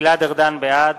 גלעד ארדן, בעד